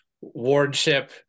wardship